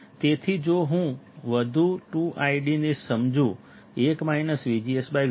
તેથી જો હું વધુ 2 ID ને સમજું 1 VGSVp